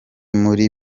muri